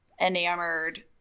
enamored